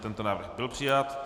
Tento návrh byl přijat.